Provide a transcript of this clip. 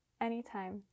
anytime